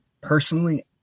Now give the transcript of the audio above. personally